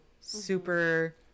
Super